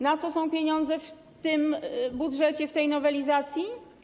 Na co są pieniądze w tym budżecie, w tej nowelizacji?